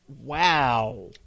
Wow